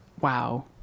Wow